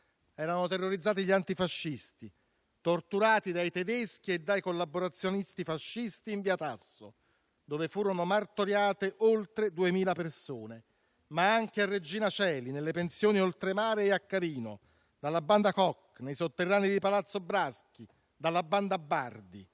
Erano terrorizzati gli antifascisti, torturati dai tedeschi e dai collaborazionisti francesi in via Tasso, dove furono martoriate oltre duemila persone, ma anche a Regina Coeli, nelle pensioni Oltremare e Jaccarino, dalla banda Koch, e nei sotterranei di Palazzo Braschi dalla banda Bardi.